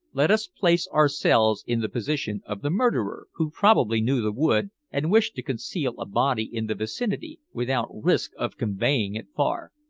let us place ourselves in the position of the murderer, who probably knew the wood and wished to conceal a body in the vicinity without risk of conveying it far.